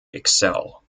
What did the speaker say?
excel